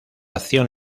acción